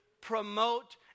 promote